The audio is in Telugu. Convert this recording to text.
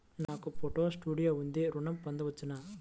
నాకు ఫోటో స్టూడియో ఉంది ఋణం పొంద వచ్చునా?